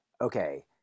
okay